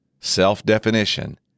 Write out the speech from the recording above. self-definition